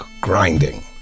grinding